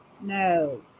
no